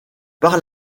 par